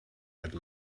had